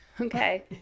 Okay